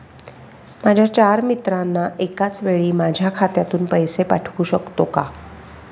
माझ्या चार मित्रांना एकाचवेळी माझ्या खात्यातून पैसे पाठवू शकतो का?